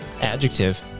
Adjective